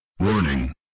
Warning